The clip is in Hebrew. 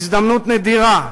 הזדמנות נדירה,